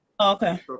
okay